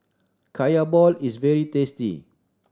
Kaya ball is very tasty